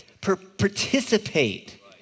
participate